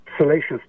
salacious